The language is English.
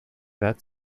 that